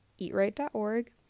eatright.org